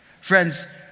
friends